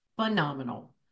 Phenomenal